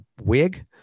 wig